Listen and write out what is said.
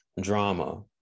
drama